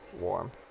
warm